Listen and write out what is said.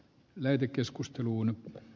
yleinen